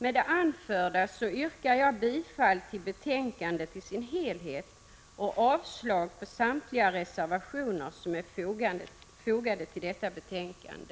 Med det anförda yrkar jag bifall till hemställan i betänkandet i sin helhet och avslag på samtliga reservationer som är fogade till detta betänkande.